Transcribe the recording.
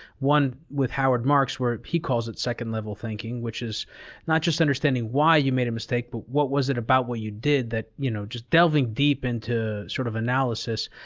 one with howard marks where he calls it second-level thinking, which is not just understanding why you made a mistake, but what was it about what you did that. that. you know, just delving deep into sort of analysis.